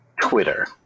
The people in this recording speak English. Twitter